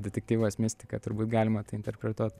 detektyvas mistika turbūt galima tai interpretuot